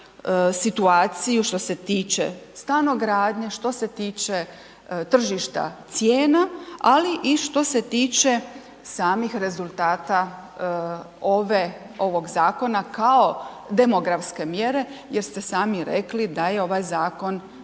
što se tiče stanogradnje, što se tiče tržišta cijena, ali i što se tiče samih rezultata ove, ovog zakona, kao demografske mjere, jer ste i sami rekli da je ovaj zakon